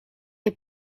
est